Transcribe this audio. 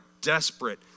desperate